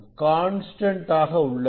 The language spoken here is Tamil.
கான்ஸ்டன்ட் ஆக உள்ளது